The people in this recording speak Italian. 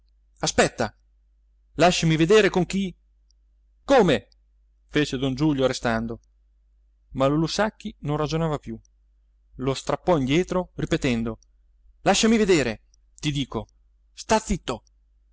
aspetta lasciami vedere con chi come fece don giulio restando ma lulù sacchi non ragionava più lo strappò indietro ripetendo lasciami vedere ti dico sta zitto